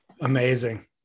amazing